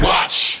Watch